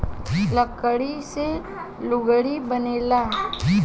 लकड़ी से लुगड़ी बनेला